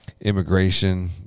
Immigration